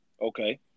Okay